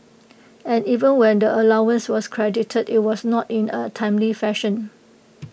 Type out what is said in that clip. and even when the allowance was credited IT was not in A timely fashion